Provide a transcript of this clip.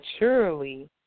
maturely